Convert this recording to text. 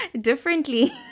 differently